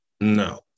No